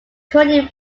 totally